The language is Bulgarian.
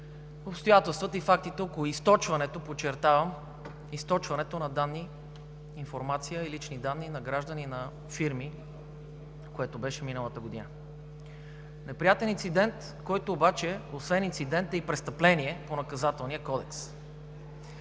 обстоятелствата около източването, подчертавам – източването, на информация и лични данни на граждани, на фирми, което беше миналата година. Неприятен инцидент, който обаче, освен инцидент, е и престъпление по Наказателния кодекс,